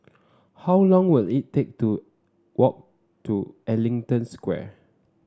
how long will it take to walk to Ellington Square